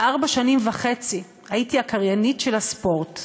ארבע שנים וחצי הייתי הקריינית של הספורט.